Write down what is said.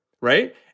Right